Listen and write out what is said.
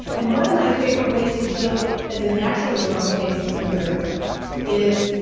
and one of my favorite ways to deal as a natural aromatase inhibitor is.